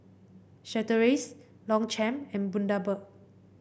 Chateraise Longchamp and Bundaberg